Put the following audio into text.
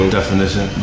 definition